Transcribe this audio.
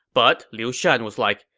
but liu shan was like,